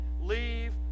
leave